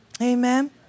amen